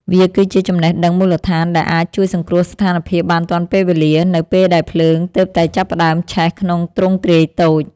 វាគឺជាចំណេះដឹងមូលដ្ឋានដែលអាចជួយសង្គ្រោះស្ថានភាពបានទាន់ពេលវេលា នៅពេលដែលភ្លើងទើបតែចាប់ផ្ដើមឆេះក្នុងទ្រង់ទ្រាយតូច។